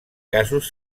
casos